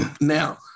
now